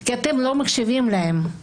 כי אתם לא מקשיבים להם.